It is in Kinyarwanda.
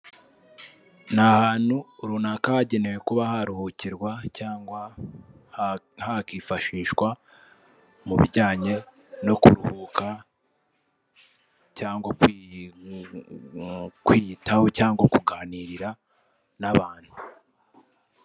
Ni ahantu runaka hagenewe kuba haruhukirwa cyangwa hakifashishwa mu bijyanye no kuruhuka, cyangwa kwiyitaho, cyangwa kuganirira n'abantu.